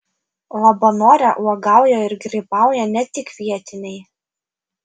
labanore uogauja ir grybauja ne tik vietiniai